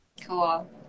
cool